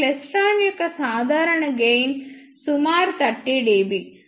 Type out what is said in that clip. ఈ క్లైస్ట్రాన్ల యొక్క సాధారణ గెయిన్ సుమారు 30 dB